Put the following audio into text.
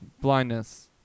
blindness